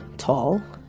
tall,